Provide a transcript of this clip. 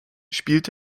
spielt